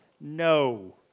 No